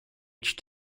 phd